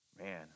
Man